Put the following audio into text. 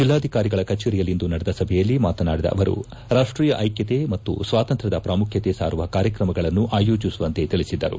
ಜಿಲ್ಲಾಧಿಕಾರಿಗಳ ಕಚೇರಿಯಲ್ಲಿಂದು ನಡೆದ ಸಭೆಯಲ್ಲಿ ಮಾತನಾಡಿದ ಅವರು ರಾಷ್ಷೀಯ ಐಕ್ಕತೆ ಮತ್ತು ಸ್ವಾತಂತ್ರ ್ವದ ಪ್ರಾಮುಖ್ಯತೆ ಸಾರುವ ಕಾರ್ಯಕ್ರಮಗಳನ್ನು ಆಯೋಜಿಸುವಂತೆ ತಿಳಿಸಿದರು